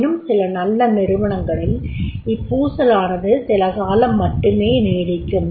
ஆயினும் சில நல்ல நிறுவனங்களில் இப்பூசலானது சில காலம் மட்டுமே நீடிக்கும்